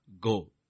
Go